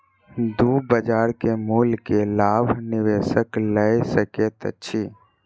दू बजार के मूल्य के लाभ निवेशक लय सकैत अछि